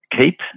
Keep